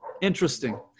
Interesting